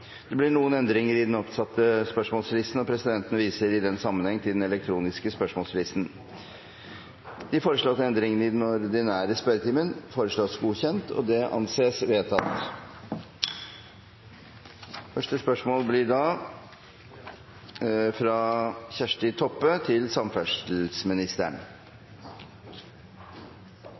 Det blir noen endringer i den oppsatte spørsmålslisten, og presidenten viser i den sammenheng til den elektroniske spørsmålslisten. De foreslåtte endringene i den ordinære spørretimen foreslås godkjent. – Det anses vedtatt. Endringene var som følger: Spørsmål 1, fra representanten Torgeir Knag Fylkesnes til